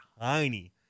tiny